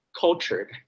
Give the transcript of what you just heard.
cultured